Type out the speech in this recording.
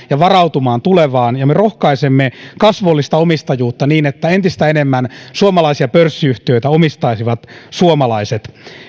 ja varautumaan tulevaan ja me rohkaisemme kasvollista omistajuutta niin että entistä enemmän suomalaisia pörssiyhtiöitä omistaisivat suomalaiset